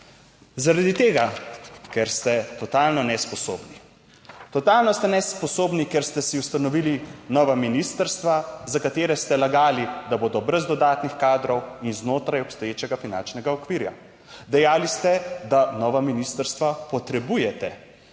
Zaradi tega, ker ste totalno nesposobni. Totalno ste nesposobni, ker ste si ustanovili nova ministrstva, za katere ste lagali, da bodo brez dodatnih kadrov in znotraj obstoječega finančnega okvirja. Dejali ste, da nova ministrstva potrebujete